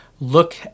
Look